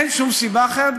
אין שום סיבה אחרת,